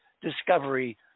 discovery